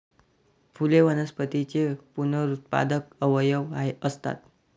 फुले वनस्पतींचे पुनरुत्पादक अवयव असतात